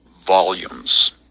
volumes